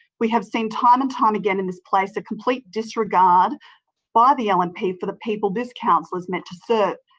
we have seen time and time again in this place, a complete disregard by the ah and lnp for the people this council is meant to serve.